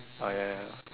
oh ya ya